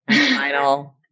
final